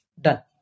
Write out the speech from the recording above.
Done